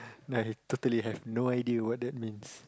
I totally have no idea what that means